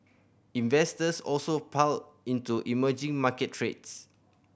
investors also piled into emerging market trades